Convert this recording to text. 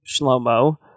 shlomo